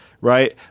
right